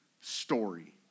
story